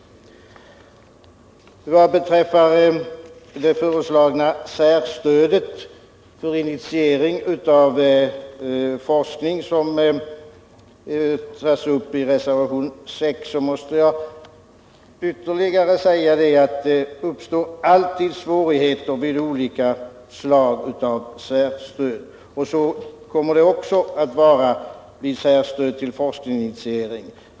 Vad beträffar det föreslagna särstödet för initiering av forskning, som tas upp i reservation nr 6, måste jag än en gång framhålla att det alltid uppstår svårigheter vid olika slag av särstöd. Så kommer det också att bli när det gäller särstödet till forskningsinitiering.